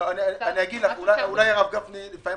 לפעמים